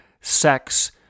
sex